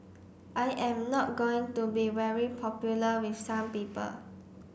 I am not going to be very popular with some people